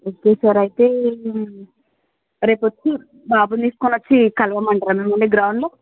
ఇప్పుడు సార్ అయితే రేపు వచ్చి బాబును తీసుకొని వచ్చి కలవమంటారా మిమల్ని గ్రౌండ్ లో